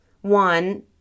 one